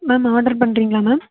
ma'am order பண்ணுறீங்களா ma'am